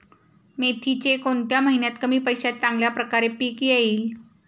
मेथीचे कोणत्या महिन्यात कमी पैशात चांगल्या प्रकारे पीक येईल?